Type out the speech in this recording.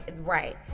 Right